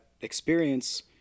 experience